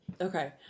Okay